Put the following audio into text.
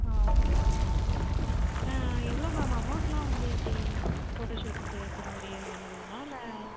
okay ma'am எவ்வளோ ma'am அமௌன்டெலாம் வந்து எப்படி ஃபோட்டோ ஷூட்டுக்கு ஏற்ற மாதிரி வாங்குவீங்களா இல்லை